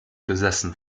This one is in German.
besessen